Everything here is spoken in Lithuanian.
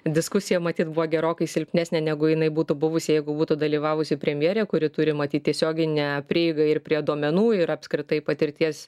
diskusija matyt buvo gerokai silpnesnė negu jinai būtų buvusi jeigu būtų dalyvavusi premjerė kuri turi matyt tiesioginę prieigą ir prie duomenų ir apskritai patirties